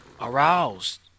aroused